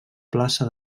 plaça